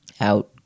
out